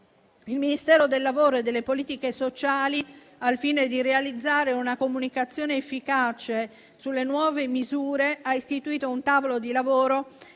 Il Ministero del lavoro e delle politiche sociali, al fine di realizzare una comunicazione efficace sulle nuove misure, ha istituito un tavolo di lavoro